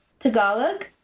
tagalog,